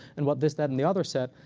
and what this, that, and the other said.